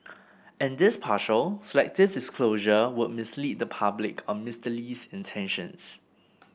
and this partial selective disclosure would mislead the public on Mister Lee's intentions